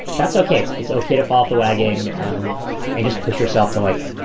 that's ok. it's it's ok to fall off the wagon um and just push yourself to, like,